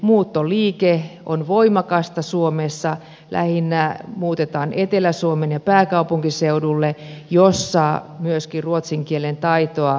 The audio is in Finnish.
muuttoliike on voimakasta suomessa lähinnä muutetaan etelä suomeen ja pääkaupunkiseudulle jossa myöskin ruotsin kielen taitoa tarvitaan